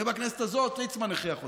ובכנסת הזאת ליצמן הכריח אותם,